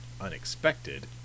unexpected